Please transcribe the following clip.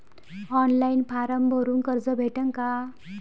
Online form भरून कर्ज भेटन का?